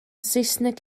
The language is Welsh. saesneg